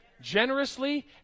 generously